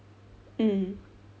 mm